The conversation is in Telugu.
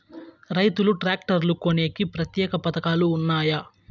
రైతులు ట్రాక్టర్లు కొనేకి ప్రత్యేక పథకాలు ఉన్నాయా?